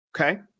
Okay